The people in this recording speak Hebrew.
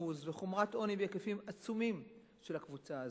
וחומרת עוני בהיקפים עצומים של הקבוצה הזאת.